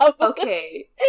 Okay